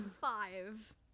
five